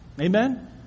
Amen